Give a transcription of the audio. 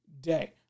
day